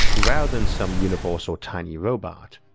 rather than some universal tiny robot.